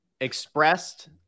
expressed